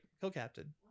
co-captain